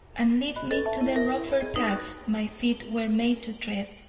and leave me to the rougher paths my feet were made to tread.